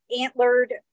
antlered